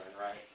right